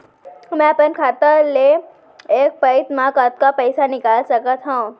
मैं अपन खाता ले एक पइत मा कतका पइसा निकाल सकत हव?